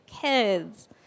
kids